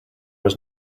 was